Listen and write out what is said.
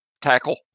tackle